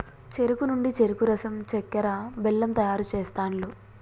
చెరుకు నుండి చెరుకు రసం చెక్కర, బెల్లం తయారు చేస్తాండ్లు